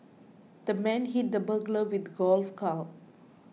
the man hit the burglar with a golf club